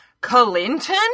Clinton